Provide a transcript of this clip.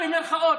במירכאות,